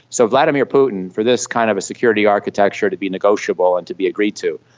so vladimir putin, for this kind of a security architecture to be negotiable and to be agreed to,